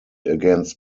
against